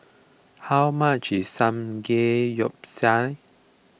how much is Samgeyopsal